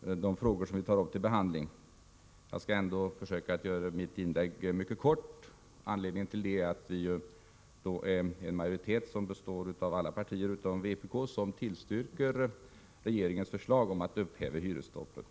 de frågor som vi tar upp till behandling. Jag skall ändå försöka göra mitt inlägg mycket kort. Anledningen är att en majoritet som består av alla partier utom vpk tillstyrkt regeringens förslag att upphäva hyresstoppet.